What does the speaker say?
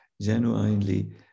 genuinely